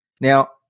Now